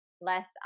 less